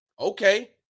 Okay